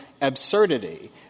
absurdity